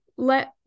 let